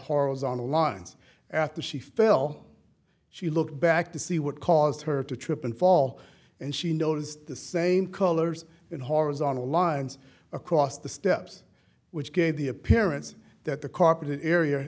horizontal lines after she fell she looked back to see what caused her to trip and fall and she noticed the same colors in horizontal lines across the steps which gave the appearance that the carpeted area